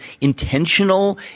intentional